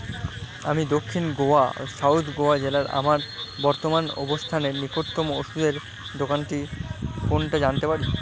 আমি দক্ষিণ গোয়া সাউথ গোয়া জেলার আমার বর্তমান অবস্থানের নিকটতম ওষুধের দোকানটি কোনটা জানতে পারি